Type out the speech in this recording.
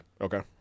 Okay